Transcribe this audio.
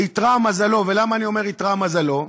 איתרע מזלו, ולמה אני אומר "איתרע מזלו"?